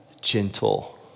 gentle